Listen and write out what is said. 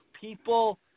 people